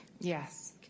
Yes